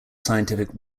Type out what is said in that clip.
scientific